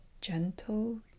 gentle